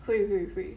会会会